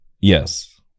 Yes